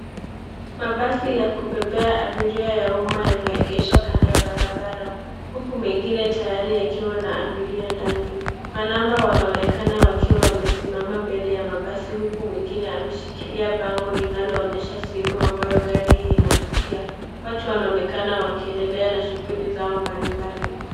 Mabasi ya kubebea abiria ya umma yameegeshwa kando ya barabara huku mengine tayari yakiwa na abiria ndani. Manamba wanaonekana wakiwa wamesimama mbele ya mabasi huku mwingine ameshikilia bango linaloonyesha sehemu ambayo gari hii inapitia. Watu wanaonekana wakiendelea na shughuli zao mbalimbali.